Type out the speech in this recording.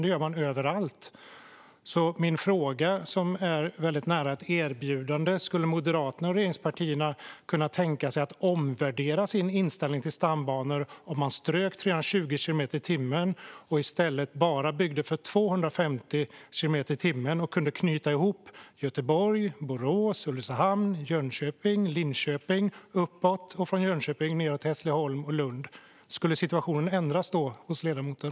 Det gör man överallt, så min fråga som är väldigt nära ett erbjudande är om Moderaterna och regeringspartierna skulle kunna tänka sig att omvärdera sin inställning till stambanor om man strök 320 kilometer i timmen och i stället bara byggde för 250 kilometer i timmen och kunde knyta ihop Göteborg, Borås, Ulricehamn, Jönköping, från Linköping och uppåt och från Jönköping nedåt Hässleholm och Lund. Skulle situationen ändras då hos ledamoten?